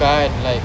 bukan like